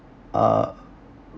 uh